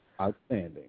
Outstanding